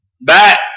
back